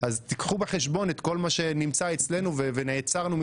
אז קחו בחשבון את כל מה שנמצא אצלנו ונעצרנו,